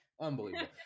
Unbelievable